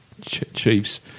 Chiefs